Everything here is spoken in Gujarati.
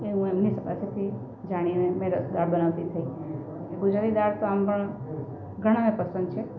એ એમની પાસેથી જાણીને મેં રસદાળ બનાવતી થઈ એ ગુજરાતી દાળ તો આમ પણ ઘણાને પસંદ છે